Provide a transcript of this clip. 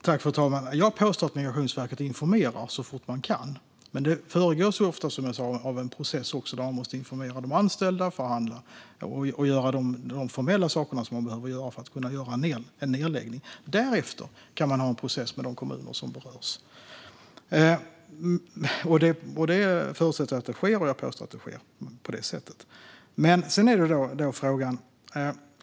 Fru talman! Jag påstår att Migrationsverket informerar så fort man kan, men det föregås ofta, som jag sa, av en process där man måste informera de anställda och genomföra de formella åtgärder som behövs inför en nedläggning. Därefter går det att ha en process med de kommuner som berörs. Jag förutsätter att det sker, och jag påstår att det sker på det sättet.